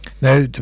Now